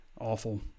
Awful